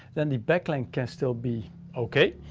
then the back length can still be okay,